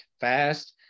fast